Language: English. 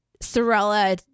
Sorella